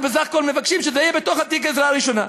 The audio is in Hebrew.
אנחנו בסך הכול מבקשים שזה יהיה בתוך תיק העזרה הראשונה.